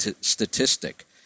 statistic